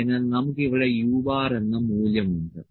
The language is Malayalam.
അതിനാൽ നമുക്ക് ഇവിടെ u എന്ന മൂല്യമുണ്ട്